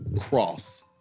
cross